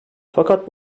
fakat